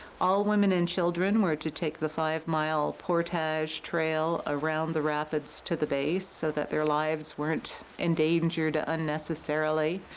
all women and children were to take the five mile portage trail around the rapids to the base so that their lives weren't endangered ah unnecessarily.